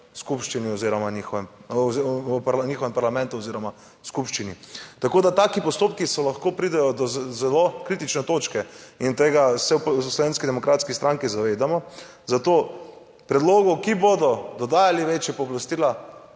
skupščini oziroma njihove v njihovem parlamentu oziroma skupščini. Tako da taki postopki so, lahko pridejo do zelo kritične točke in tega se v Slovenski demokratski stranki zavedamo, zato predlogov, ki bodo dodajali večja pooblastila,